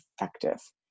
effective